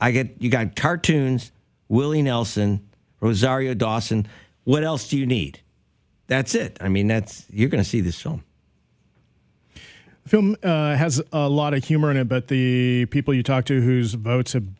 i get you've got cartoons willie nelson rosario dawson what else do you need that's it i mean that's you're going to see this film has a lot of humor in it but the people you talk to whose votes have